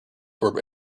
were